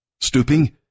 Stooping